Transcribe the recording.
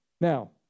now